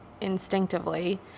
instinctively